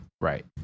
Right